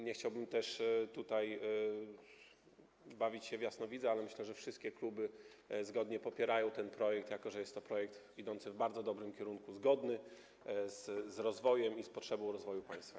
Nie chciałbym się też tutaj bawić się w jasnowidza, ale myślę, że wszystkie kluby zgodnie popierają ten projekt, jako że jest to projekt idący w bardzo dobrym kierunku, zgodny z rozwojem, z potrzebą rozwoju państwa.